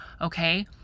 Okay